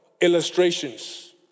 illustrations